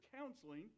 counseling